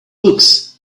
books